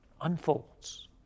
unfolds